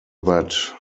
that